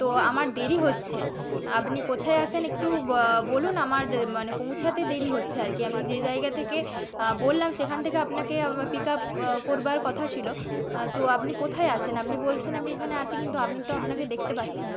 তো আমার দেরি হচ্ছে আপনি কোথায় আছেন একটু বলুন আমার এ মানে পৌঁছাতে দেরি হচ্ছে আর কি আমি যে জায়গা থেকে বললাম সেখান থেকে আপনাকে পিক আপ করবার কথা ছিল তো আপনি কোথায় আছেন আপনি বলছেন আমি এখানে আছি কিন্তু আমি তো আপনাকে দেখতে পাচ্ছি না